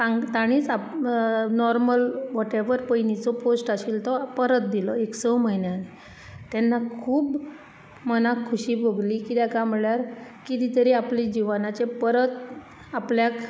तांक ताणींच आपलो नॉर्मल वॉटेवर पयलींचो पोस्ट आशिल्लो तो परत दिलो एक स म्हयन्यानी तेन्ना खूब मनाक खोशी भोगली कित्याक कांय म्हणल्यार कितें तरी आपलें जिवनाचे परत आपल्याक